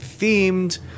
themed